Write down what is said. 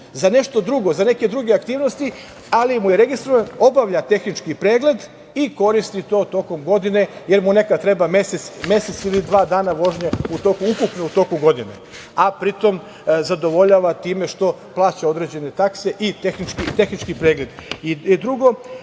za nešto drugo, za neke druge aktivnosti, ali mu je registrovan, obavlja tehnički pregled i koristi to tokom godine jer mu nekad treba mesec ili dva dana vožnje ukupno u toku godine, a pri tom zadovoljava što plaća određene takse i tehnički pregled. Drugo,